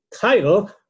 title